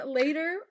later